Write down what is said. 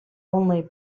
only